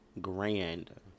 Grand